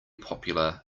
popular